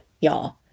y'all